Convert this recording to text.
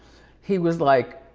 he was like,